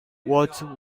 what